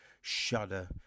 Shudder